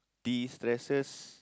destresses